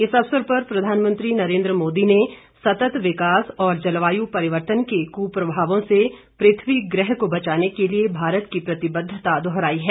इस अवसर पर प्रधानमंत्री नरेन्द्र मोदी ने सतत विकास और जलवायु परिवर्तन के कुप्रभावों से पृथ्वी ग्रह को बचाने के लिए भारत की प्रतिबद्धता दोहराई है